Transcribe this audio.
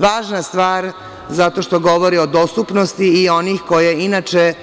Važna stvar, zato što govori o dostupnosti i onih koji inače